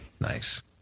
nice